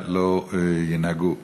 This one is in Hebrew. לא ינהגו בלילה.